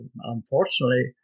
unfortunately